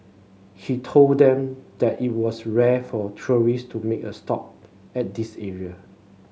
he told them that it was rare for tourist to make a stop at this area